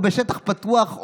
או בשטח פתוח,